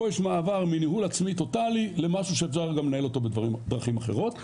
יש מעבר מניהול עצמי טוטאלי למשהו שאפשר גם לנהל אותו בדרכים אחרות.